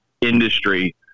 industry